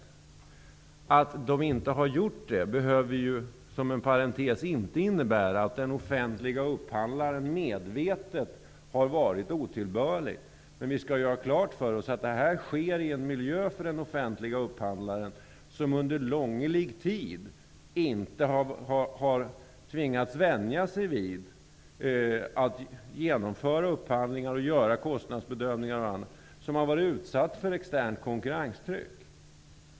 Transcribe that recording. Att de inte har gjort det behöver, inom parentes sagt, inte innebära att den offentliga upphandlaren medvetet har handlat otillbörligt. Vi måste ha klart för oss att den offentliga upphandlaren befinner sig i en miljö där man under långlig tid inte har tvingats vänja sig vid att genomföra upphandlingar och göra kostnadsbedömningar m.m. Man har inte varit utsatt för externt konkurrenstryck.